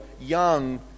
young